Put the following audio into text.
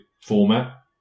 format